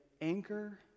anchor